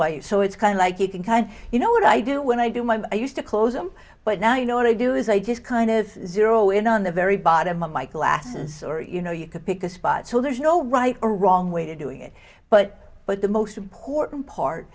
why you're so it's kind of like you can kind you know what i do when i do my i used to close them but now you know what i do is i just kind of zero in on the very bottom of my classes or you know you could pick a spot so there's no right or wrong way to do it but but the most important part